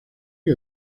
que